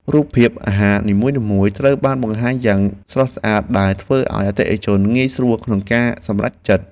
រូបភាពអាហារនីមួយៗត្រូវបានបង្ហាញយ៉ាងស្រស់ស្អាតដែលធ្វើឱ្យអតិថិជនងាយស្រួលក្នុងការសម្រេចចិត្ត។